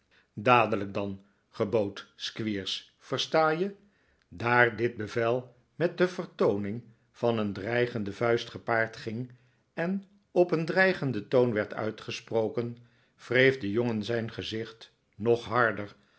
dadelijk dan gebood squeers versta je daar dit bevel met de vertooning van een dreigende vuist gepaard ging en op een dreigenden toon werd uitgesproken wreef de jongen zijn gezicht nog harder